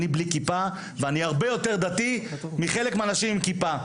אני בלי כיפה ואני הרבה יותר דתי מחלק מהאנשים עם כיפה,